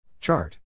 Chart